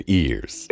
ears